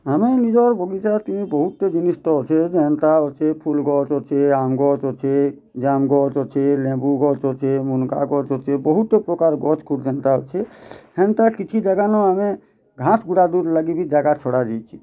ଆମେ ନିଜର୍ ବଗିଚାଥି ବହୁତ୍ ଟେ ଜିନିଷ୍ ତ ଅଛେ ଯେନ୍ତା ଅଛେ ଫୁଲ୍ ଗଛ୍ ଅଛେ ଆମ୍ବ୍ ଗଛ୍ ଅଛେ ଜାମ୍ ଗଛ୍ ଅଛେ ଲେମ୍ବୁ ଗଛ୍ ଅଛେ ମୁନଗାଁ ଗଛ୍ ଅଛେ ବହୁତ୍ ପ୍ରକାର୍ ଗଛ୍ ଯେନ୍ତା ଅଛେ ହେନ୍ତା କିଛି ଜାଗାନଁ ଆମେ ଘାସ୍ ଗୁଡ଼ାଦୁ ଲାଗି ବି ଜାଗା ଛଡ଼ାଯାଇଛେ